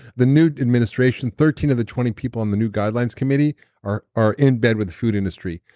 the new administration, thirteen of the twenty people on the new guidelines committee are are in bed with food industry.